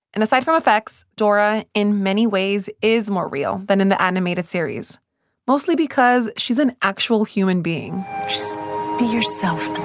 and aside from effects, dora in many ways is more real than in the animated series mostly because she's an actual human being just be yourself,